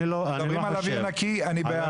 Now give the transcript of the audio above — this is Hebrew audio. מדברים על אוויר נקי אני בעד --- חבר